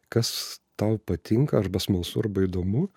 kas tau patinka arba smalsu arba įdomu